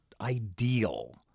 ideal